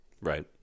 Right